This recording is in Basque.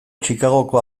chicagoko